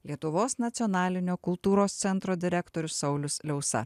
lietuvos nacionalinio kultūros centro direktorius saulius liausa